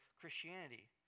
Christianity